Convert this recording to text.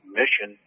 mission